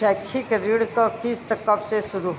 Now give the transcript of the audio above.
शैक्षिक ऋण क किस्त कब से शुरू होला?